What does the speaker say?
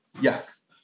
Yes